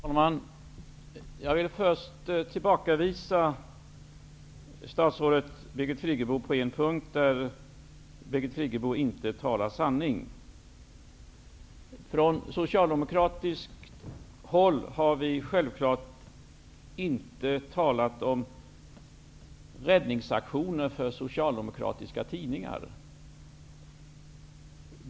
Herr talman! Jag vill först tillbakavisa statsrådet Birgit Friggebo på en punkt, där Birgit Friggebo inte talar sanning. Från socialdemokratiskt håll har vi självfallet inte talat om räddningsaktioner för socialdemokratiska tidningar.